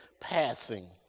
passing